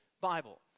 Bible